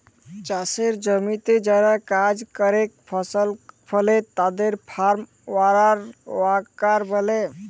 চাসের জমিতে যারা কাজ করেক ফসল ফলে তাদের ফার্ম ওয়ার্কার ব্যলে